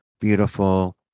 beautiful